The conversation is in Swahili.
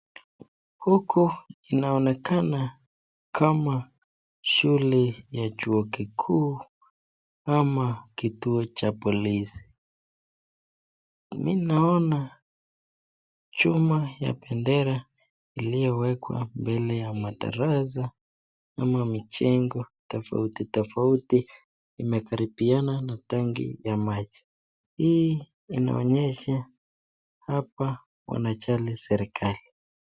Huku inaonekana kama shule ya chuo kikuu ama kituo cha polisi. Naona chuma ya bendera iliyowekwa mbele ya madarasa ama majengo tofauti tofauti imekaribiana na tenki ya maji. Hii inaonyesha hapa wanajali serikali.